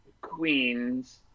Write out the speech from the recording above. queens